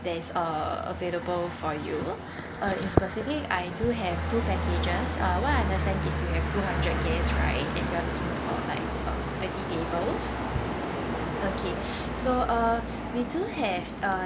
that is uh available for you uh in specific I do have two packages uh what I understand is you have two hundred guest right and you are looking for like uh twenty tables okay so uh we do have uh